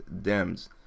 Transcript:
Dems